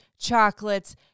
chocolates